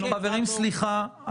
חברים, סליחה.